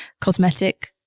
cosmetic